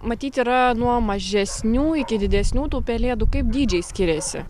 matyt yra nuo mažesnių iki didesnių tų pelėdų kaip dydžiai skiriasi